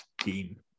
team